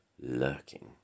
lurking